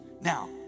Now